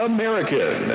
American